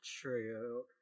true